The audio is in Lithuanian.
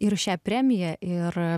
ir šią premiją ir